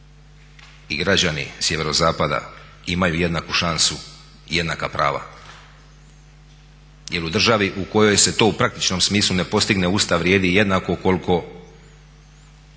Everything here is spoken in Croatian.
i građani sjeverozapada imaju jednaku šansu i jednaka prava. Jer u državi u kojoj se to u praktičnom smislu ne postigne Ustav vrijedi jednako koliko